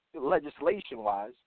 legislation-wise